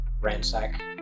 ransack